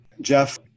Jeff